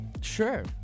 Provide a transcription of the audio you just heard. Sure